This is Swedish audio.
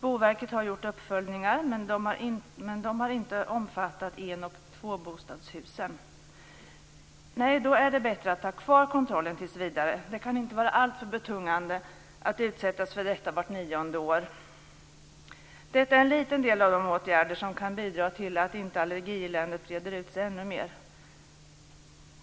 Boverket har gjort uppföljningar, men de har inte omfattat en och tvåbostadshusen. Nej, då är det bättre att ha kvar kontrollen tills vidare. Det kan inte vara alltför betungande att utsättas för detta vart nionde år. Detta är en liten del av de åtgärder som kan bidra till att inte allergieländet breder ut sig ännu mer.